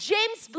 James